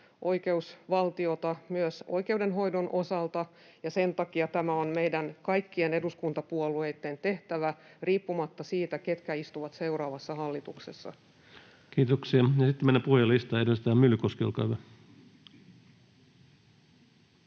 oikeusvaltiota myös oikeudenhoidon osalta, ja sen takia tämä on meidän kaikkien eduskuntapuolueitten tehtävä riippumatta siitä, ketkä istuvat seuraavassa hallituksessa. Kiitoksia. — Sitten mennään puhujalistaan. Edustaja Myllykoski, olkaa hyvä.